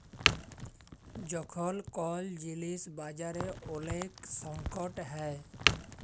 যখল কল জিলিস বাজারে ওলেক সংকট হ্যয়